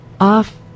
Off